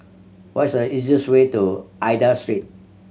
what is the easiest way to Aida Street